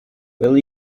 will